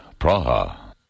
Praha